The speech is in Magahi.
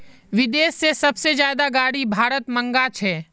विदेश से सबसे ज्यादा गाडी भारत मंगा छे